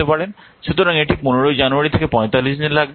সুতরাং এটি 15 জানুয়ারী থেকে 45 দিন লাগবে